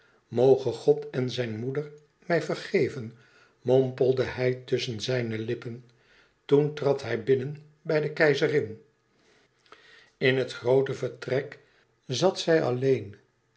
moge god en zijn moeder mij vergeven mompelde hij tusschen zijne lippen toen trad hij binnen bij de keizerin in het groote vertrek zat zij alleen